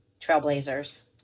trailblazers